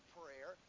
prayer